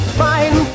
fine